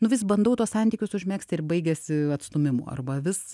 nu vis bandau tuos santykius užmegzti ir baigiasi atstūmimu arba vis